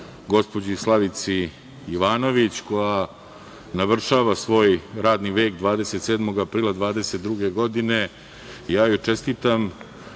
gospođi Slavici Jovanović, koja navršava svoj radni vek 27. aprila 2022. godine. Čestitam